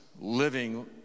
living